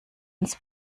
ins